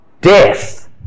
death